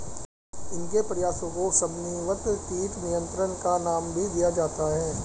इनके प्रयासों को समन्वित कीट नियंत्रण का नाम भी दिया जाता है